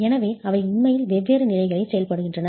எனவே அவை உண்மையில் வெவ்வேறு நிலைகளில் செயல்படுகின்றன